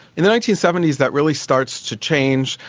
in the nineteen seventy s that really starts to change.